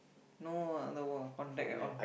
no uh I never contact at all